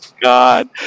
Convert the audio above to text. God